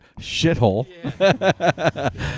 shithole